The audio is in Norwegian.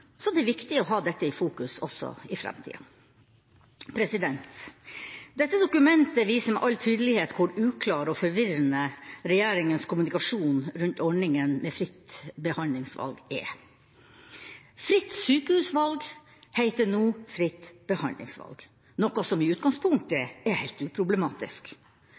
så det er viktig å ha dette i fokus også i framtida. Dette dokumentet viser med all tydelighet hvor uklar og forvirrende regjeringas kommunikasjon rundt ordningen med fritt behandlingsvalg er. «Fritt sykehusvalg» heter nå «fritt behandlingsvalg», noe som i utgangspunktet er helt uproblematisk.